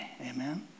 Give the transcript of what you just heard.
Amen